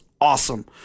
awesome